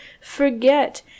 forget